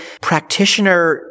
practitioner